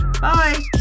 Bye